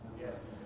Yes